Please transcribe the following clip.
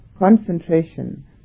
Concentration